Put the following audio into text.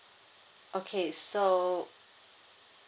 okay so